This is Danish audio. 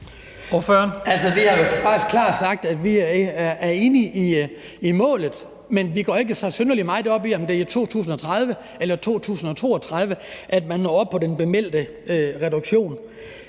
Vi har jo faktisk klart sagt, at vi er enige i målet, men at vi ikke går så synderlig meget op i, om det er i 2030 eller i 2032, at man når op på den bemeldte reduktion.